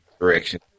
direction